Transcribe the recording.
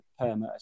perma